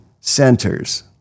centers